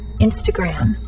Instagram